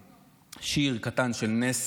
שיר קטן של נס